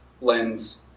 lens